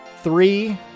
three